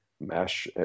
mesh